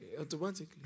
Automatically